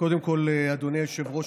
קודם כול, אדוני היושב-ראש,